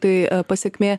tai pasekmė